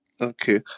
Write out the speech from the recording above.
Okay